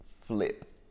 flip